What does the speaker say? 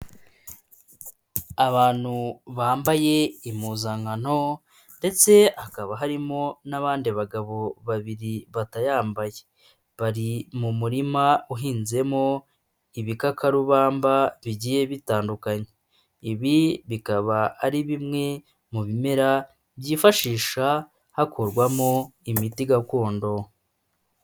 Abantu bambaye impuzankano ndetse hakaba harimo n'abandi bagabo babiri batayambaye, bari mu murima uhinzemo ibikakarubamba bigiye bitandukanye, ibi bikaba ari bimwe mu bimera byifashisha hakorwamo imiti gakondo.